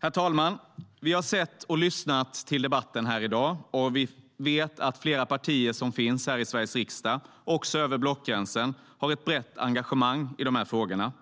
Herr talman! Vi har sett och lyssnat till debatten här i dag. Vi vet att flera partier som finns i Sveriges riksdag, också över blockgränsen, har ett brett engagemang i frågorna.